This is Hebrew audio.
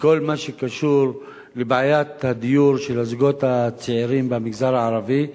בכל מה שקשור לבעיית הדיור של הזוגות הצעירים במגזר הערבי.